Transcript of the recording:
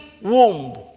womb